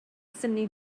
synnu